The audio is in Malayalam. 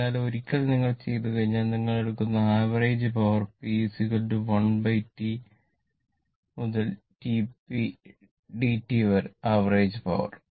അതിനാൽ ഒരിക്കൽ നിങ്ങൾ ചെയ്തുകഴിഞ്ഞാൽ നിങ്ങൾ എടുക്കുന്ന ആവറേജ് പവർ p 1T 0 മുതൽ T p dt വരെ ആവറേജ് പവർ